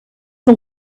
the